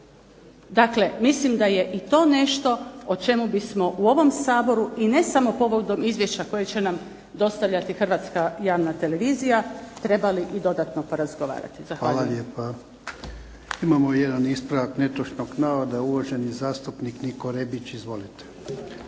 dakle mislim da je i to nešto o čemu bismo u ovom Saboru i ne samo povodom izvješća koje će nam dostavljati hrvatska javna televizija trebali i dodatno porazgovarati. Zahvaljujem. **Jarnjak, Ivan (HDZ)** Hvala lijepa. Imamo jedan ispravak netočnog navoda, uvaženi zastupnik Niko Rebić. Izvolite.